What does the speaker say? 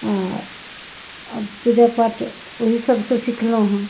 आओर पूजा पाठ ओहि सबसँ सिखलहुँ हँ